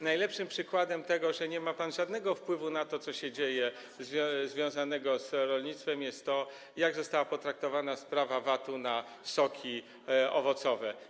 Najlepszym przykładem tego, że nie ma pan żadnego wpływu na to, co się dzieje z rolnictwem, jest to, jak została potraktowana sprawa VAT-u na soki owocowe.